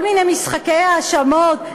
כל מיני משחקי האשמות.